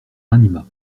ranima